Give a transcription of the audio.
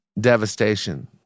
devastation